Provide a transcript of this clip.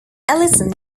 ellison